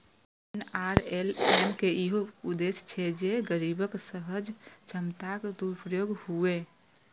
NRLM के इहो उद्देश्य छै जे गरीबक सहज क्षमताक सदुपयोग हुअय